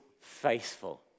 faithful